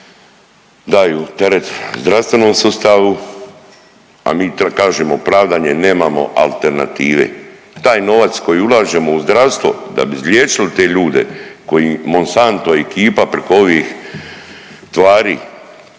daju teret zdravstvenom sustavu, a mi kažemo pravdanje, nemamo alternative. Taj novac koji ulažemo u zdravstvo da bi izliječili te ljude koji Monstanto i ekipa preko ovih tvari,